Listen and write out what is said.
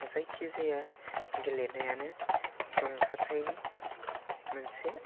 जायखिजाया गेलेनायानो रंजाथाइनि मोनसे